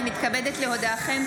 אני מתכבדת להודיעכם,